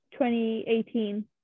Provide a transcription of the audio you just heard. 2018